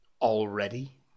Already